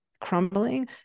crumbling